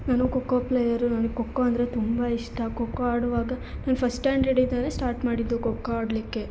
ನಾನು ಖೋಖೋ ಪ್ಲೇಯರು ನನಗೆ ಖೋಖೋ ಅಂದರೆ ತುಂಬ ಇಷ್ಟ ಖೋಖೋ ಆಡುವಾಗ ನಾನು ಫಸ್ಟ್ ಸ್ಟ್ಯಾಂಡಡಿಂದಲೇ ಸ್ಟಾರ್ಟ್ ಮಾಡಿದ್ದು ಖೋಖೋ ಆಡಲಿಕ್ಕೆ